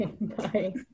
Bye